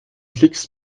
klicks